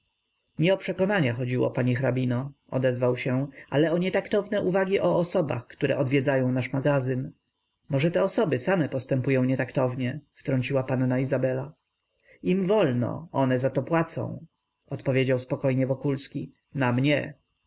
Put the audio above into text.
nie o przekonania chodziło pani hrabino odezwał się ale o nietaktowne uwagi o osobach które odwiedzają nasz magazyn może te osoby same postępują nietaktownie wtrąciła panna izabela im wolno one za to płacą odpowiedział spokojnie wokulski nam nie